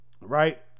right